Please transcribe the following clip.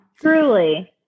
Truly